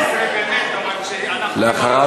מיקי,